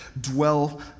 dwell